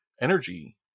energy